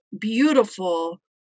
beautiful